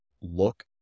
look